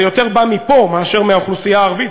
זה יותר בא מפה מאשר מהאוכלוסייה הערבית,